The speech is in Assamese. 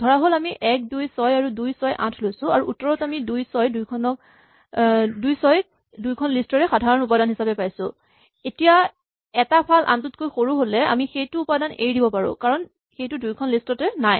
ধৰাহ'ল আমি ১ ২ ৬ আৰু ২ ৬ ৮ লৈছো আৰু উত্তৰত আমি ২ ৬ ক দুয়োখন লিষ্ট ৰে সাধাৰণ উপাদান হিচাপে পাইছো তেতিয়া এটা ফাল আনটোতকৈ সৰু হ'লে আমি সেইটো উপাদান এৰি দিব পাৰো কাৰণ সেইটো দুয়োখন লিষ্ট তে নাই